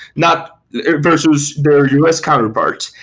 not versus their u s. counterparts,